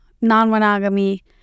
non-monogamy